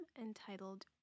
entitled